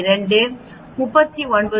2 39